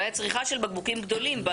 אולי הצריכה של בקבוקים גדולים.